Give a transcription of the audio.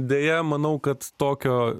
deja manau kad tokio